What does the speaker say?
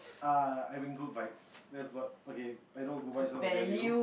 uh having Good Vibes that's what okay I know Good Vibes not a value